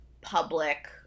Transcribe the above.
public